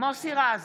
מוסי רז,